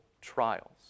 trials